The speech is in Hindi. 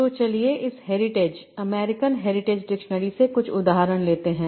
तो चलिए इस हेरिटेज अमेरिकन हेरिटेज डिक्शनरी से कुछ उदाहरण लेते हैं